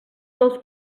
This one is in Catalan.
dels